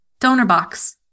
DonorBox